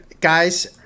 guys